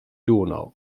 donau